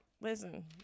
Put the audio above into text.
listen